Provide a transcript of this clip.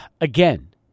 again